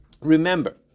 Remember